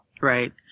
Right